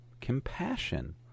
compassion